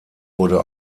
wurde